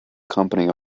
company